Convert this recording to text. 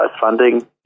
funding